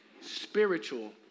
Spiritual